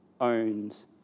owns